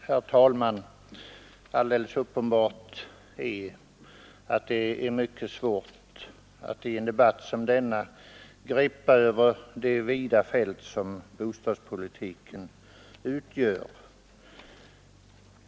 Herr talman! Alldeles uppenbart är att det är mycket svårt att i en debatt som denna gripa över det vida fält som bostadspolitiken utgör.